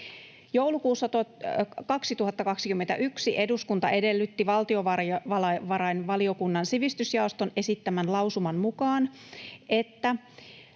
Joulukuussa 2021 eduskunta edellytti valtiovarainvaliokunnan sivistysjaoston esittämän lausuman mukaan, että